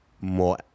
more